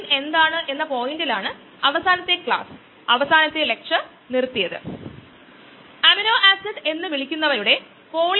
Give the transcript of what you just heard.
k 1 forward rate k 2 reverse reaction റേറ്റും enzyme substrate കോംപ്ലക്സും എൻസൈമും ഉൽപ്പന്നവും നൽകുന്നു